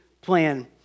plan